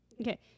Okay